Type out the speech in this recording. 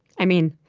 i mean,